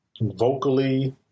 vocally